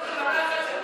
קח ממני חצי דקה.